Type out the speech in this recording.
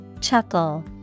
Chuckle